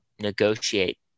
negotiate